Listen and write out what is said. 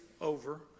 over